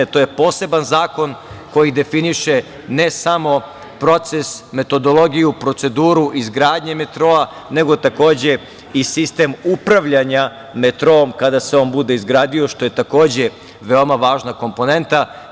To je poseban zakon koji definiše, ne samo proces, metodologiju, proceduru izgradnje metroa, nego takođe i sistem upravljanja metroom kada se on bude izgradio, što je takođe veoma važna komponenta.